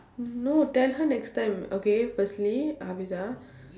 no tell her next time okay firstly hafeezah